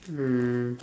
um